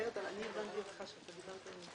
ודאי שחלק מכם לא אראה יותר.